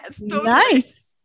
Nice